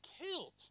killed